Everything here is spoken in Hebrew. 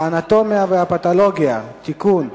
האנטומיה והפתולוגיה (תיקון,